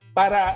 para